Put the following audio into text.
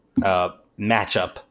matchup